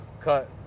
cut